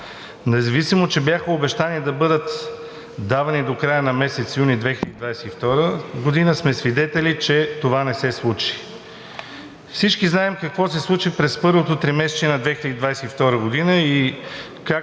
независимо че бяха обещани да бъдат давани до края на месец юни 2022 г., сме свидетели, че това не се случи. Всички знаем какво се случи през първото тримесечие на 2022 г. – и